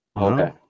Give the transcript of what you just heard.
Okay